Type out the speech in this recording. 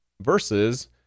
versus